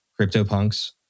CryptoPunks